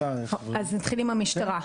נתחיל עם המשטרה.